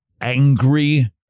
angry